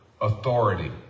authority